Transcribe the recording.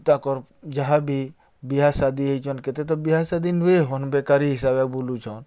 ତାଙ୍କର୍ ଯାହାବି ବିହାସାଦୀ ହେଇଚନ୍ କେତେ ତ ବିହାସାଦୀ ନୁହେଁ ହନ୍ ବେକାରୀ ହିସାବେ ବୁଲୁଚନ୍